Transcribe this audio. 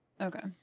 Okay